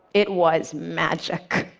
it was magic.